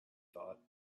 thought